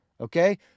Okay